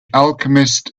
alchemist